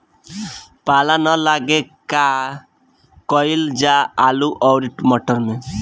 पाला न लागे का कयिल जा आलू औरी मटर मैं?